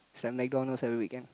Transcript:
it's like McDonald every weekend